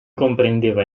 comprendeva